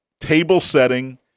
table-setting